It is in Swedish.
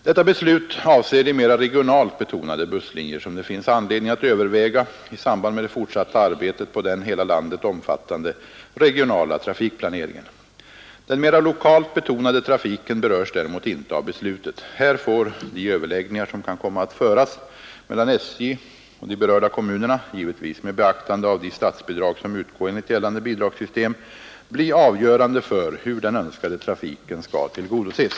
Detta beslut avser de mera regionalt betonade busslinjer, som det finns anledning att överväga i samband med det fortsatta arbetet på den hela landet omfattande regionala trafikplaneringen. Den mera lokalt betonade trafiken berörs däremot inte av beslutet. Här får de överläggningar som kan komma att föras mellan SJ och de berörda kommunerna — givetvis med beaktande av de statsbidrag som utgår enligt gällande bidragssystem — bli avgörande för hur den önskade trafiken skall tillgodoses.